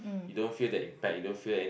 you don't feel the impact you don't feel any